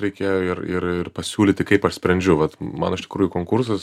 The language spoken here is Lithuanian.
reikėjo ir ir ir pasiūlyti kaip aš sprendžiu vat man iš tikrųjų konkursas